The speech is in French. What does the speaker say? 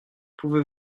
pouvez